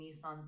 Nissan